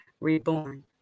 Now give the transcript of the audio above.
reborn